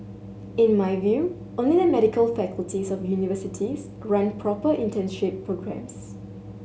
in my view only the medical faculties of universities run proper internship programmes